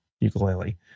ukulele